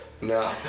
No